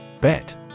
Bet